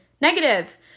Negative